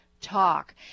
talk